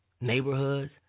neighborhoods